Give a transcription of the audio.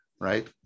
right